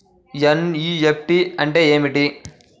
NEFT అంటే ఏమిటి?